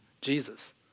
Jesus